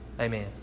Amen